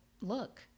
look